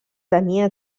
tenia